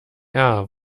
war